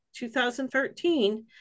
2013